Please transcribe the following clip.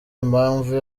impamvu